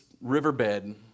riverbed